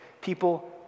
People